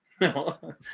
No